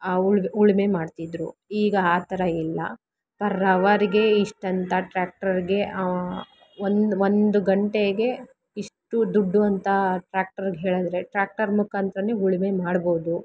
ಆ ಉಳ್ದ್ ಉಳುಮೆ ಮಾಡ್ತಿದ್ದರು ಈಗ ಆ ಥರ ಇಲ್ಲ ಪರ್ ಹವರ್ರಿಗೆ ಇಷ್ಟಂತ ಟ್ರ್ಯಾಕ್ಟರ್ಗೆ ಒಂದು ಒಂದು ಗಂಟೆಗೆ ಇಷ್ಟು ದುಡ್ಡು ಅಂತ ಟ್ರ್ಯಾಕ್ಟರ್ಗೆ ಹೇಳಿದ್ರೆ ಟ್ರ್ಯಾಕ್ಟರ್ ಮುಖಾಂತ್ರ ಉಳುಮೆ ಮಾಡ್ಬೋದು